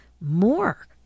more